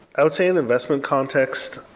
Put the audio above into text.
i would say in investment context,